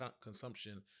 consumption